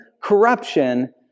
corruption